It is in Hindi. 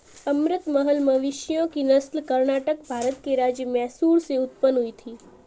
अमृत महल मवेशियों की नस्ल कर्नाटक, भारत के राज्य मैसूर से उत्पन्न हुई थी